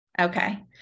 Okay